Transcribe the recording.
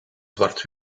zwart